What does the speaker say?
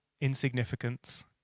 insignificance